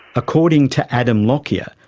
according to adam lockyer,